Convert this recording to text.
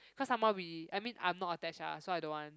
cause some more we I mean I'm not attached lah so I don't want